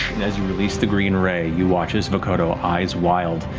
and as you release the green ray, you watch as vokodo, eyes wild,